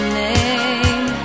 name